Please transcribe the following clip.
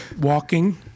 walking